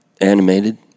animated